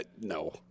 No